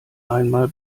einmal